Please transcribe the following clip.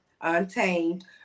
Untamed